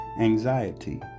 anxiety